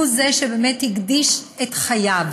הוא שהקדיש את חייו